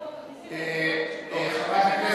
עם כל הכבוד, הצבא משלם